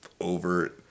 over